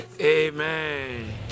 Amen